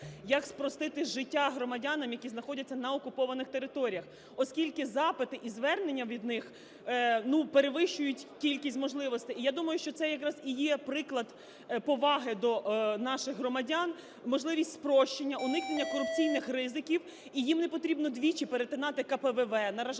як спростити життя громадянам, які знаходяться на окупованих територіях, оскільки запити і звернення від них, ну, перевищують кількість можливостей. І я думаю, що це якраз і є приклад поваги до наших громадян: можливість спрощення, уникнення корупційних ризиків, і їм не потрібно двічі перетинати КПВВ, наражатися